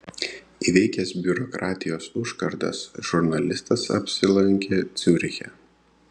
įveikęs biurokratijos užkardas žurnalistas apsilankė ciuriche